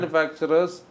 Manufacturers